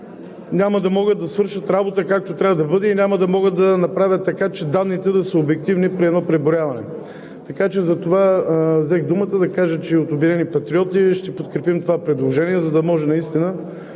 няма да могат да свършат работа, както трябва да бъде, и няма да могат да направят така, че данните да са обективни при едно преброяване. Затова взех думата – да кажа, че от „Обединени патриоти“ ще подкрепим предложението, за да може наистина